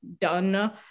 done